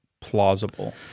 plausible